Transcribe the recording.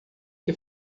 que